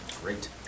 Great